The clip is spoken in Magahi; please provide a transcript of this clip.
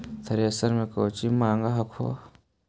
इंश्योरेंस मे कौची माँग हको?